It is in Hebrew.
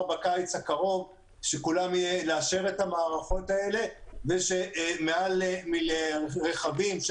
בקיץ הקרוב לאשר את המערכות האלה ושמעל מיליון רכבים,